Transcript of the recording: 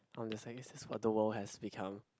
um that's i guess this is what the world has become